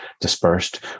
dispersed